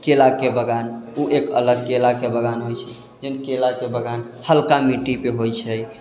केलाके बगान ओ एक अलग केलाके बगान होइ छै जौन केलाके बगान हल्का मिट्टीपर होइ छै